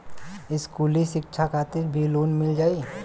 इस्कुली शिक्षा खातिर भी लोन मिल जाई?